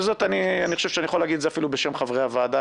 ואני חושב שאני אפילו יכול לומר זאת בשם חברי הוועדה,